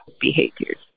behaviors